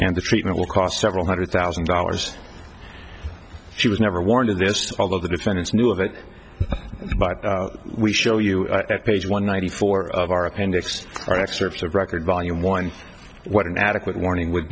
and the treatment will cost several hundred thousand dollars she was never warned of this although the defendants knew of it but we show you at page one ninety four of our appendix are excerpts of record volume one what an adequate warning would